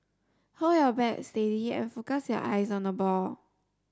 hold your bat steady and focus your eyes on the ball